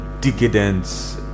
decadence